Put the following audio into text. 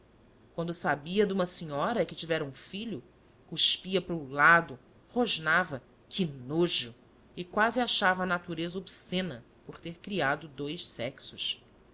quando sabia de uma senhora que tivera um filho cuspia para o lado rosnava que nojo e quase achava a natureza obscena por ter criado dous sexos